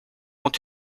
ont